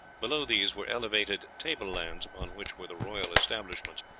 below these were elevated table-lands, upon which were the royal establishments.